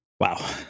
Wow